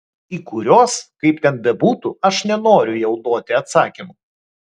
į kuriuos kaip ten bebūtų aš nenoriu jau duoti atsakymų